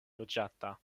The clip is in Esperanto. loĝata